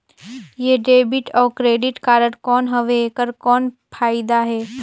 ये डेबिट अउ credit card कौन हवे एकर कौन फाइदा हे?